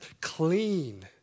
clean